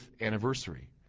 anniversary